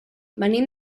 venim